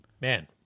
Man